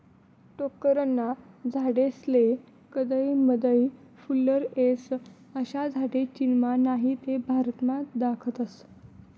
टोक्करना झाडेस्ले कदय मदय फुल्लर येस, अशा झाडे चीनमा नही ते भारतमा दखातस